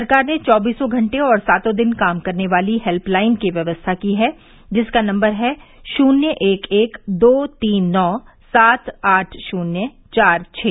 सरकार ने चौबीसो घंटे और सातो दिन काम करने वाली हेल्यलाइन की व्यवस्था की है जिसका नम्बर है शून्य एक एक दो तीन नौ सात आठ शून्य चार छः